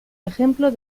ejemplo